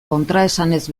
kontraesanez